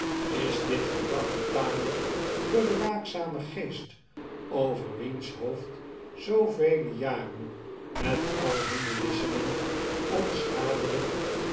is dit gedrag betamelijk voor den waakzamen geest over wiens hoofd zoovele jaren met al hunne wisselingen onschadelijk